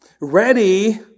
Ready